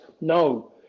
No